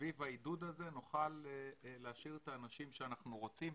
שסביב העידוד הזה נוכל להשאיר את האנשים שאנחנו רוצים,